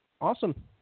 Awesome